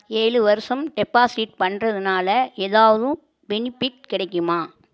ஏழு வருடம் டெப்பாசிட் பண்ணுறதுனால ஏதாவதும் பெனிபிட் கிடைக்குமா